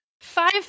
Five